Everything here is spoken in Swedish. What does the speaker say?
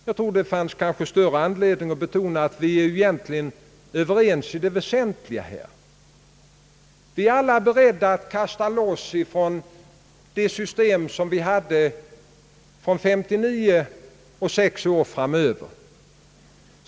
Jag tror att det finns större anledning att betona att vi egentligen är överens i det väsentliga på denna punkt. Vi är alla beredda att frångå det system som vi tillämpade från 1959 och sex år framåt.